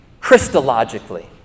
Christologically